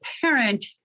parent